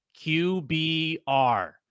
QBR